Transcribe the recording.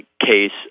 case